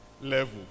level